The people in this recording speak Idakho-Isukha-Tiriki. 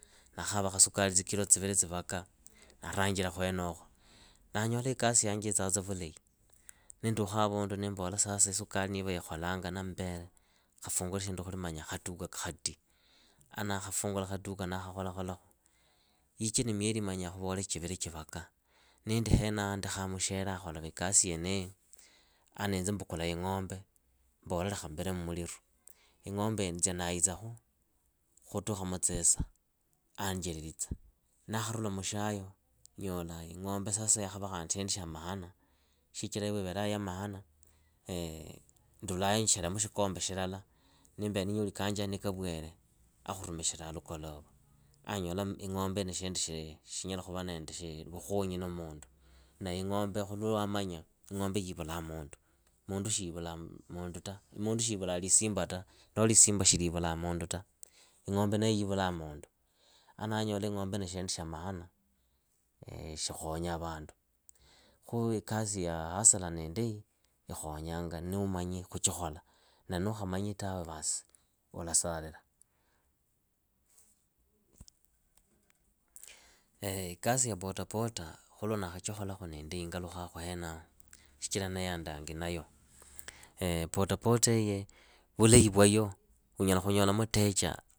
Ndakhava khasukali tsikili tsivili tsivaka, ndaarangila khwenokho. Ndanyola sasa ikasi yanje itsaatsa vulahi. Niindukha avundu niimbola sasa niiva isukari ikholaa vulahi na mbele, lekha fungule shindu manya khatukha khati. A ndaakhafungula khatuka ndaakhakholakholakhu. Ichi ni mweli manya chiviri chivaka. Niindi henaya ndekhaa mushere akholatsa ikasi yeniyi, a niinze mbukula ing'ombe mbola lekha mbile mmuliru, ing'ombeyo nzia ndaitsakhu khutukha mutsisa aanjelelitsa. Ndaakharula mushyayo nyola khandi ing'ombe sasa yaakhava shindu shya maana. Shichira wiivelaa ya maana ndulayo shelamu shikombe shilala, nimbele ninyoli kanje ni kawere, a khurumikhila amukolova. Anyola ing'ombe shinyala khuva nende vukhonyi na mundu. Na ing'ombe khulwa wamanya ing'ombe yiivulaa mundu, mundu shiyivulaa lisimba ta, noho lisimba shi liivulaa mundu ta, ing'ombe nee yivulaa mundu. Andanyola ing'ombe ni shindu shya maana shikhonyaa vandu. Khuu ikasi ya hasola niindai ikhonyanga nuumanyi khuchikhola, na nuukhamanyi tawe vas ulasalila. ikasi ya potapota khulwandakhachikholakhu niindai ngalukhaa khwenokho shikila nee ya ndangi nayo. potapota iyi, vulahi vya yo, unyala khunyola mutecha